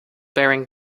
bearing